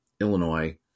Illinois